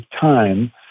time